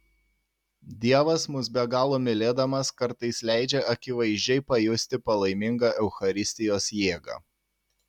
dievas mus be galo mylėdamas kartais leidžia akivaizdžiai pajusti palaimingą eucharistijos jėgą